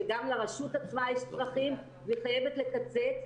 כשגם לרשות עצמה יש צרכים והיא חייבת לקצץ,